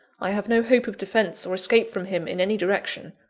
i have no hope of defence or escape from him in any direction,